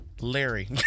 Larry